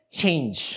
change